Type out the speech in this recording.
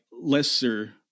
lesser